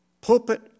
pulpit